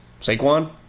Saquon